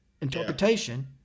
interpretation